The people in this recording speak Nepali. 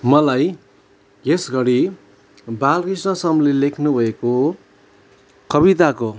मलाई यस घडी बालकृष्ण समले लेख्नुभएको कविताको